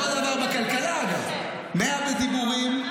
אותו הדבר בכלכלה: 100 בדיבורים,